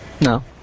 No